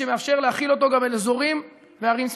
שמאפשר להחיל אותו גם על אזורים וערים ספציפיות.